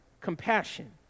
compassion